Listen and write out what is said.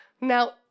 Now